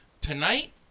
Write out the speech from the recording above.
Tonight